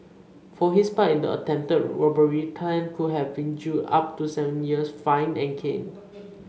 for his part in the attempted robbery Tan could have been jailed up to seven years fined and caned